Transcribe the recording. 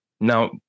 Now